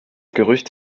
gerücht